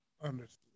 Understood